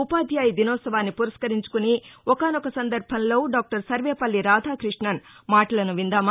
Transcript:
ఉపాధ్యాయ దినోత్సవాన్ని పురస్కరించుకుని ఒకానొక సందర్బంలో డాక్టర్ సర్వేపల్లి రాధాకృష్ణన్ మాటలను విందామా